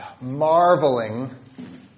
marveling